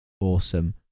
Awesome